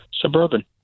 Suburban